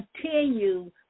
continue